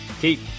keep